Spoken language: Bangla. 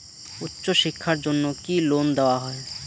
উচ্চশিক্ষার জন্য কি লোন দেওয়া হয়?